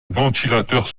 ventilateur